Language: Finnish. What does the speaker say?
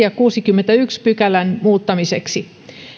ja kuudennenkymmenennenensimmäisen pykälän muuttamiseksi